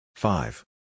Five